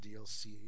DLC